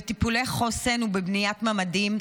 בטיפולי חוסן ובבניית ממ"דים,